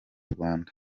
rwanda